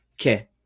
Okay